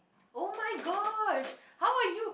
oh-my-gosh how are you